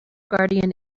guardian